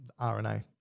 RNA